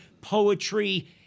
poetry